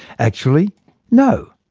actually no,